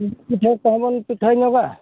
ᱯᱤᱴᱷᱟᱹ ᱠᱚᱦᱚᱸ ᱵᱚᱱ ᱯᱤᱴᱷᱟᱹ ᱧᱚᱜᱼᱟ